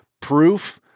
proof